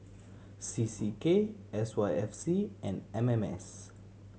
C C K S Y F C and M M S